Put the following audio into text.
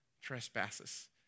trespasses